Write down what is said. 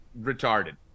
retarded